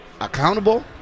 accountable